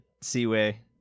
Seaway